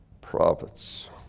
prophets